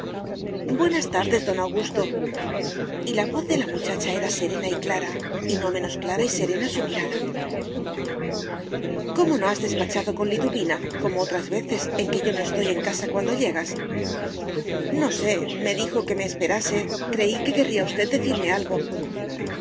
buenas tardes don augustoy la voz de la muchacha era serena y clara y no menos clara y serena su mirada cómo no has despachado con liduvina como otras veces en que yo no estoy en casa cuando llegas no sé me dijo que me esperase creí que querría usted decirme algo